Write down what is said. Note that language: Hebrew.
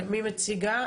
מי מציגה?